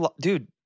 Dude